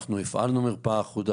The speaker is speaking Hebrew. אנחנו הפעלנו מרפאה אחודה,